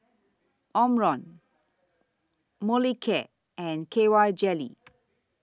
Omron Molicare and K Y Jelly